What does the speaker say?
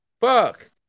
Fuck